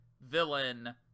villain